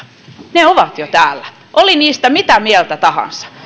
ne ovat jo täällä oli niistä mitä mieltä tahansa